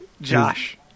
Josh